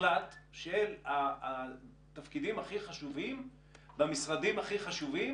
מוחלט של התפקידים הכי חשובים במשרדים הכי חשובים,